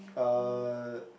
uh